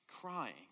Crying